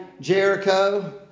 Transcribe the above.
Jericho